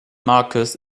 marcus